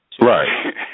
right